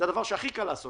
זה דבר שהכי קל לבצע.